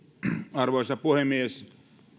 arvoisa puhemies